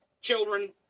children